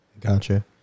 Gotcha